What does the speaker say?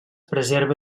preserva